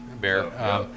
Bear